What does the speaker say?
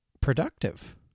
productive